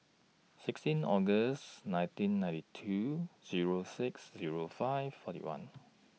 sixteen August nineteen ninety two Zero six Zero five forty one